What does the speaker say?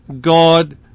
God